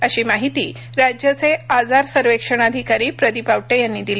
अशी माहिती राज्याचे आजार सर्वेक्षण अधिकारी प्रदीप आवटे यांनी दिली